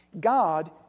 God